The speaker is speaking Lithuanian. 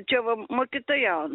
čia va mokytojaun